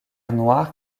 noire